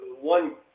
one